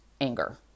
anger